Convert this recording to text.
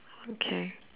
okay